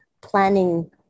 planning